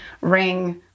ring